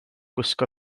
gwisgo